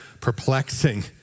perplexing